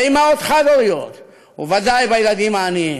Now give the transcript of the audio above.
באימהות חד-הוריות ובוודאי בילדים העניים,